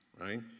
Right